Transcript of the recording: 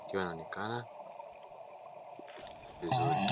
yakiwa yanaonekana vizuri.